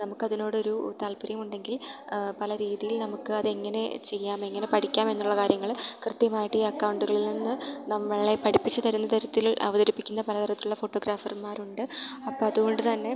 നമുക്കതിനോടൊരു താല്പര്യമുണ്ടെങ്കിൽ പല രീതിയിൽ നമുക്ക് അതെങ്ങനെ ചെയ്യാം എങ്ങനെ പഠിക്കാം എന്നുള്ള കാര്യങ്ങൾ കൃത്യമായിട്ട് ഈ അക്കൗണ്ടുകളിൽ നിന്ന് നമ്മളെ പഠിപ്പിച്ചു തരുന്ന തരത്തിൽ അവതരിപ്പിക്കുന്ന പലതരത്തിലുള്ള ഫോട്ടോഗ്രാഫർമാരുണ്ട് അപ്പോൾ അതുകൊണ്ടുതന്നെ